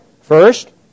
First